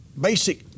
basic